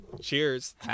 Cheers